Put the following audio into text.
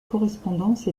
correspondance